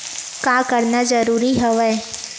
का करना जरूरी हवय?